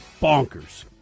bonkers